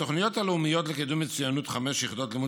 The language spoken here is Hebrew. התוכניות הלאומית לקידום מצוינות: חמש יחידות לימוד